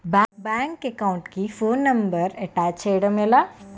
Bank account కి phone number attach చేయడం ఎలా?